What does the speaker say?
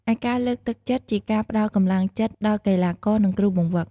ឯការលើកទឹកចិត្ត៊ជាការ ផ្តល់កម្លាំងចិត្តដល់កីឡាករ និងគ្រូបង្វឹក។